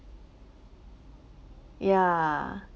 yeah